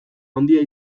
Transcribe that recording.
handia